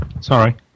Sorry